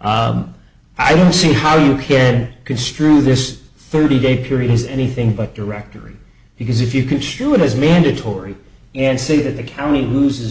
i don't see how you can construe this thirty day period as anything but directory because if you construe it is mandatory and say that the county loses